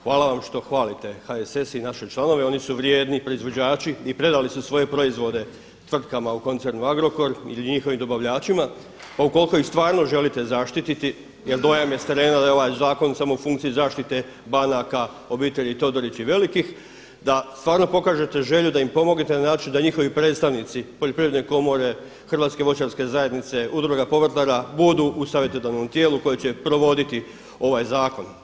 Hvala vam što hvalite HSS i naše članove oni su vrijedni proizvođači i predali su svoje proizvode tvrtkama u koncernu Agrokor i njihovim dobavljačima, pa ukoliko ih stvarno želite zaštititi jer dojam je sa terena da je ovaj zakon samo u funkciji zaštite banaka, obitelji Todorić i velikih, da stvarno pokažete želju da im pomognete na način da njihovi predstavnici Poljoprivredne komore, Hrvatske voćarske zajednice, Udruga povrtlara budu u savjetodavnom tijelu koja će provoditi ovaj zakon.